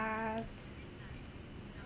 it's